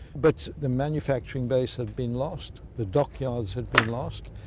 but the manufacturing base had been lost, the dockyards had been lost,